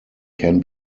can